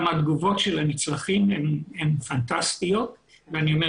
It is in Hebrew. גם התגובות של הנצרכים הן פנטסטיות ואני אומר